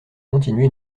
continuer